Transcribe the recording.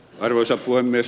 arvoisa puhemies